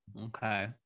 Okay